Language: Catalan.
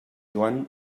joan